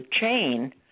chain